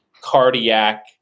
cardiac